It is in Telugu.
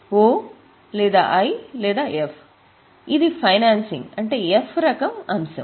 O లేదా I లేదా F ఇది ఫైనాన్సింగ్ అంటే F రకం అంశం